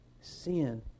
Sin